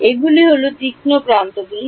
এগুলি হল তীক্ষ্ণ প্রান্তগুলি